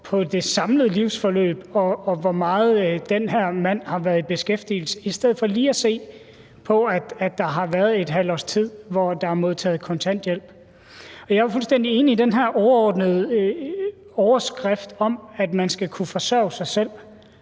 på det samlede livsforløb og på, hvor meget den her mand har været i beskæftigelse, i stedet for lige at se på, at der har været et halvt års tid, hvor der er modtaget kontanthjælp. Jeg er fuldstændig enig i den her overordnede overskrift om, at man skal kunne forsørge sig selv,